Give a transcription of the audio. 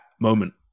moment